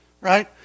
Right